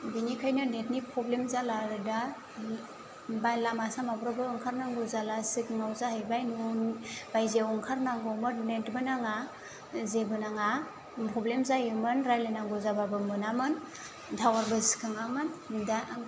बिनिखायनो नेटनि प्रब्लेम जाला आरो दा बा लामा सामाफ्रावबो ओंखारनांगौ जाला सिगांआव जाहैबाय न'नि बायजोआव ओंखारनांगौमोन नेटबो नाङा जेबो नाङा प्रब्लेम जायोमोन रायलायनांगौ जाबाबो मोनामोन टावारबो सिखाङामोन दा